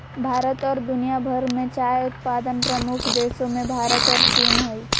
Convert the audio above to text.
भारत और दुनिया भर में चाय उत्पादन प्रमुख देशों मेंभारत और चीन हइ